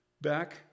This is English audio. back